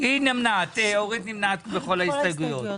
אורית נמנעת בכל ההסתייגויות.